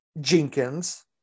Jenkins